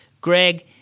greg